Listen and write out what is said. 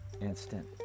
Instant